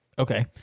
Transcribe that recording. Okay